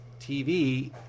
TV